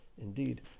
Indeed